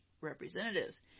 representatives